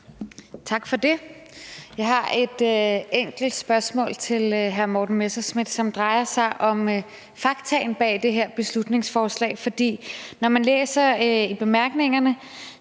Tak for det. Jeg har et enkelt spørgsmål til hr. Morten Messerschmidt, som drejer sig om faktaene bag det her beslutningsforslag. Når man læser bemærkningerne